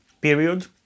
period